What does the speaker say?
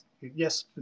yes